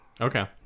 Okay